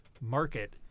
market